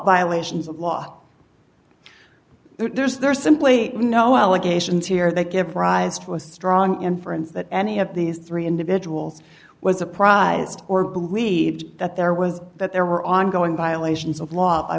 violations of law there's there's simply no allegations here that give rise to a strong inference that any of these three individuals was apprised or believed that there was that there were ongoing violations of law i